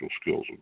skills